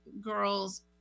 girl's